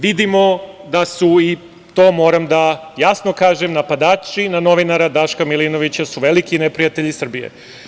Vidimo da su, i to moram da jasno kažem, napadači na novinara Daška Milinovića veliki neprijatelji Srbije.